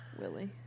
Willie